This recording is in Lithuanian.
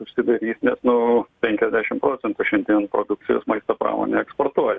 užsidarys nes nu penkiasdešimt procentų šiandien produkcijos maisto pramonė eksportuoja